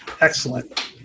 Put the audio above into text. Excellent